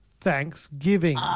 Thanksgiving